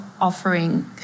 offering